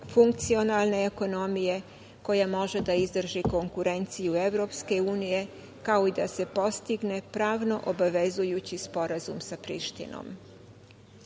funkcionalne ekonomije koja može da izdrži konkurenciju EU, kao i da se postigne pravno obavezujući sporazum sa Prištinom. Polazeći